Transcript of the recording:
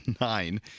nine